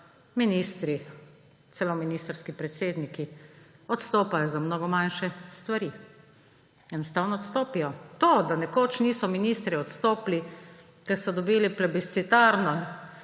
ministri, celo ministrski predsedniki odstopajo za mnogo manjše stvari. Enostavno odstopijo. To, da nekoč ministri niso odstopili, ko so dobili plebiscitarno